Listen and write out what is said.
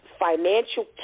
financial